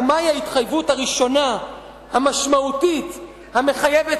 ומהי ההתחייבות הראשונה המשמעותית המחייבת